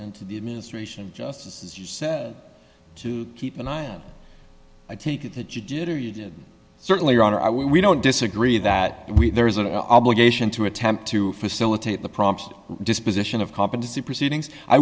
and the administration just as you said to keep an eye on i take it that you did or you did certainly your honor i would we don't disagree that there is an obligation to attempt to facilitate the prompt disposition of competency proceedings i